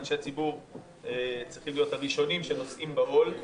אנשי ציבור צריכים להיות הראשונים שנושאים בעול.